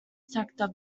sector